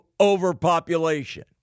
overpopulation